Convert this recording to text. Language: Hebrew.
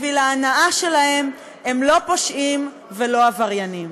בשביל ההנאה שלהם, הם לא פושעים ולא עבריינים.